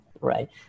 right